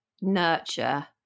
nurture